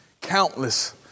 countless